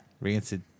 rancid